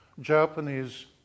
Japanese